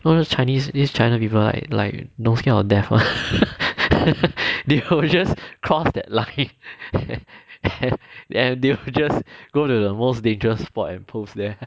all those chinese these china people like like don't scared of death [one] they will just cross that line then they'll just go to the most dangerous spot and pose there